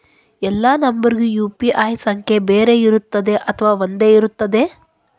ಎಲ್ಲಾ ನಂಬರಿಗೂ ಯು.ಪಿ.ಐ ಸಂಖ್ಯೆ ಬೇರೆ ಇರುತ್ತದೆ ಅಥವಾ ಒಂದೇ ಇರುತ್ತದೆ?